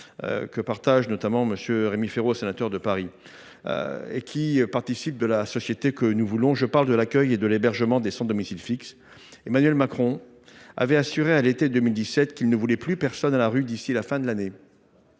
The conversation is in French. pose également notamment M. Rémy Féraud, sénateur de Paris, et qui a trait à la société que nous voulons. Je veux parler de l’accueil et de l’hébergement des sans domicile fixe. Emmanuel Macron avait assuré, à l’été 2017, qu’il ne voulait plus personne à la rue d’ici à la fin de l’année.